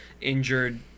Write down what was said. injured